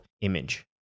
image